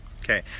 Okay